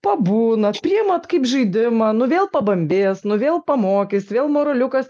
pabūnat priemat kaip žaidimą nu vėl pabambės nu vėl pamokys vėl moraliukas